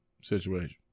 situation